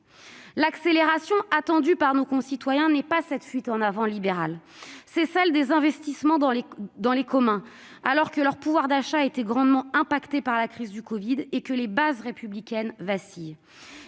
L'accélération attendue par nos concitoyens n'est pas cette fuite en avant libérale, c'est celle des investissements dans les communs, alors que leur pouvoir d'achat a été grandement affecté par la crise du covid et que les bases républicaines vacillent.